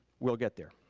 we'll get there.